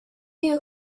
you